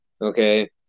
okay